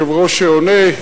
יש יושב-ראש שעונה,